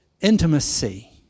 intimacy